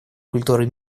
культуры